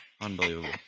Unbelievable